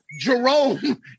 Jerome